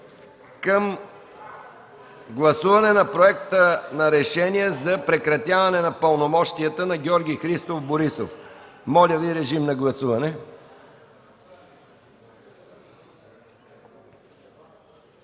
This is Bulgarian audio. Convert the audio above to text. към гласуване на Проекта за решение за прекратяване на пълномощията на Георги Христов Борисов. Гласували